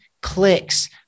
clicks